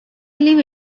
believe